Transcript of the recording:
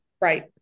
Right